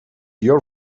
your